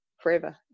forever